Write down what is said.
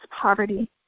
poverty